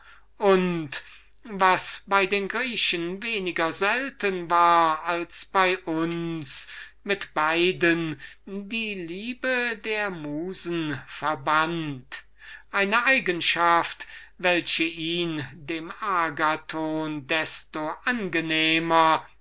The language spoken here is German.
und was bei uns in der einen hälfte des deutschen reichs wenigstens eine große seltenheit ist mit beiden die liebe der musen verband eigenschaften welche ihn dem agathon desto angenehmer